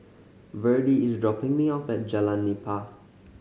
Virdie is dropping me off at Jalan Nipah